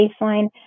baseline